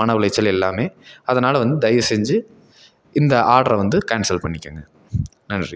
மன உளைச்சல் எல்லாமே அதனால் தயவு செஞ்சு இந்த ஆர்டரை வந்து கேன்சல் பண்ணிக்கோங்க நன்றி